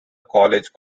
college